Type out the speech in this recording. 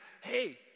hey